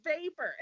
vapor